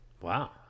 Wow